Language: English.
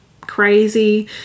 crazy